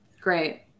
Great